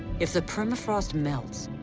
if the permafrost melts,